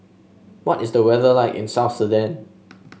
what is the weather like in South Sudan